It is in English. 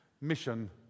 Mission